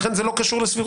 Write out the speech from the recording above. ולכן זה לא קשור לסבירות.